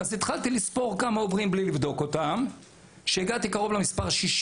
אז התחלתי לספור כמה עוברים בלי לבדוק אותם וכשהגעתי קרוב למספר 60